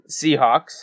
Seahawks